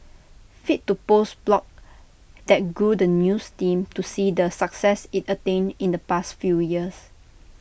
fit to post blog that grew the news team to see the success IT attained in the past few years